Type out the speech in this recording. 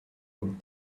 good